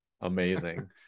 Amazing